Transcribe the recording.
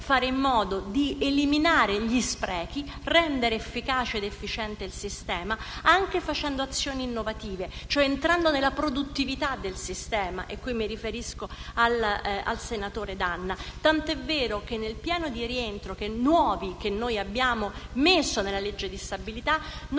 fare in modo di eliminare gli sprechi, rendere efficace ed efficiente il sistema anche facendo azioni innovative, cioè entrando nel merito della produttività del sistema (in questo caso mi riferisco al senatore D'Anna), tant'è vero che nel piano di rientro che noi abbiamo inserito nella legge di stabilità non